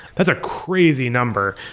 that's a crazy number.